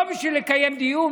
לא בשביל לקיים דיון?